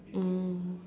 mm